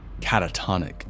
catatonic